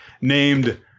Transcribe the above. named